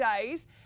days